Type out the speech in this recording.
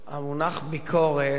המונח "ביקורת"